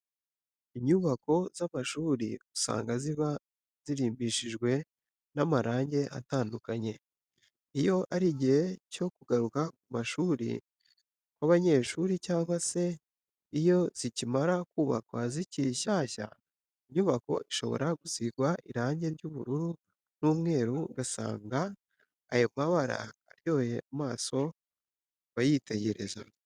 Inyubako z'amshuri usanga ziba zirimbishijwe n'amarange atandukanye, iyo ari igihe cyo kugaruka ku mashuri kw'abanyeshuri cyangwa se iyo zikimara kubakwa zikiri nshyashya. Inyubako ishobora gusigwa irange ry'ubururu n'umweru ugasanga ayo mabara aryoheye amaso ku bayitegereza